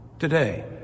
Today